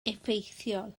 effeithiol